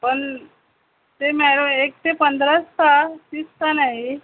पण ते मॅडम एक ते पंधराच का तीस का नाही